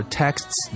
texts